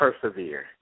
persevere